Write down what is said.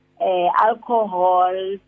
alcohol